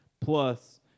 Plus